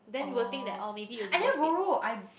oh I didn't borrow I